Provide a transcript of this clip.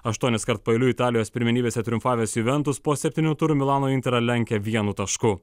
aštuoniskart paeiliui italijos pirmenybėse triumfavęs juventus po septynių turų milano interą lenkia vienu tašku